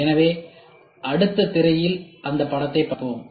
எனவே அடுத்த திரையில் அந்த படத்தைப் பார்ப்போம்